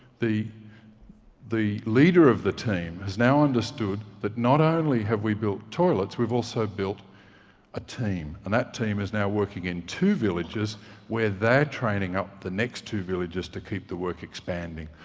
the the leader of the team, has now understood that not only have we built toilets, we've also built a team, and that team is now working in two villages where they're training up the next two villages to keep the work expanding.